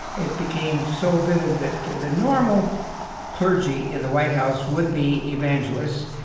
it became so vivid that the normal clergy in the white house would be evangelists,